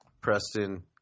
Preston